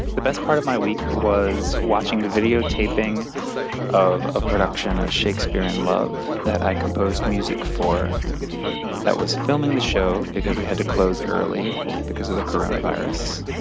the best part of my week was watching the videotaping of a production of shakespeare in love that i composed music for that was filming the show because we had to close early because of the coronavirus.